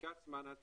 ייקח מן עד